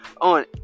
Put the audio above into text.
on